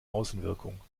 außenwirkung